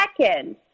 second